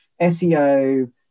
seo